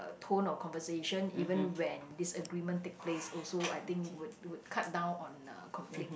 tone of conversation even when disagreement take place also I think would would cut down on uh conflict